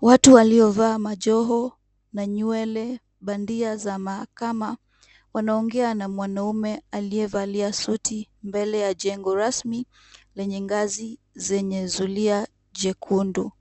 Watu waliovaa majoho na nywele bandia za mahakama, wanaongea na mwanaume aliyevalia suti mbele ya jengo rasmi lenye ngazi zenye zulia jekundu.